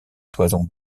toison